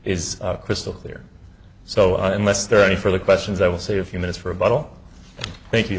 is crystal clear so unless there are any further questions i will say a few minutes for a bottle thank you